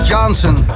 Johnson